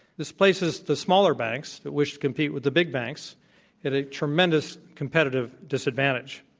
this places the smaller banks that wish to compete with the big banks at a tremendous competitive disadvantage.